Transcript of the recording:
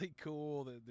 cool